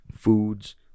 foods